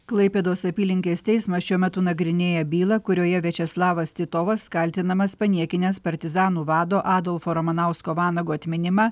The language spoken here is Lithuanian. klaipėdos apylinkės teismas šiuo metu nagrinėja bylą kurioje viačeslavas titovas kaltinamas paniekinęs partizanų vado adolfo ramanausko vanago atminimą